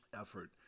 effort